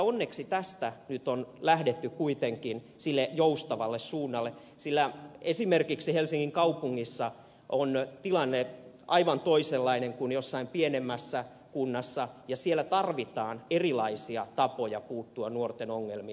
onneksi tästä nyt on lähdetty kuitenkin sille joustavalle suunnalle sillä esimerkiksi helsingin kaupungissa on tilanne aivan toisenlainen kuin jossain pienemmässä kunnassa ja siellä tarvitaan erilaisia tapoja puuttua nuorten ongelmiin